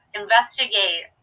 investigate